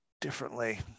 Differently